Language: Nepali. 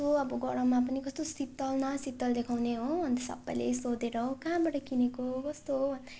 कस्तो अब गरममा पनि कस्तो शीतल न शीतल देखाउने हो अन्त सबैले सोधेर हो कहाँबाट किनेको हो कस्तो हो